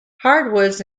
hardwoods